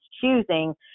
choosing